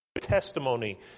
testimony